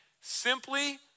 Simply